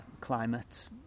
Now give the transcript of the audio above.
climate